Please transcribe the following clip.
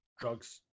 drugs